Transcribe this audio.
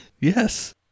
Yes